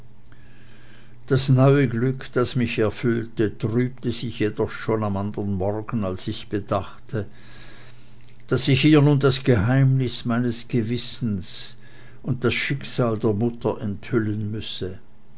das neue glück das mich erfüllte trabte sich jedoch schon am andern morgen als ich bedachte daß ich ihr nun das geheimnis meines gewissens und das schicksal der mutter enthüllen müsse